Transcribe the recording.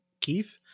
Keith